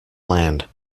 land